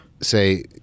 say